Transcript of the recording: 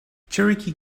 cherokee